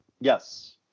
Yes